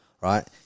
right